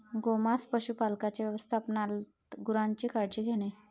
गोमांस पशुपालकांच्या व्यवस्थापनात गुरांची काळजी घेणे